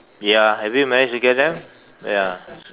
ya have you managed to get them ya